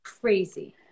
Crazy